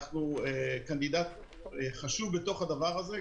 אנחנו קנדידט חשוב בתוך הדבר הזה,